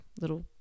little